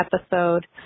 episode